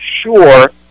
sure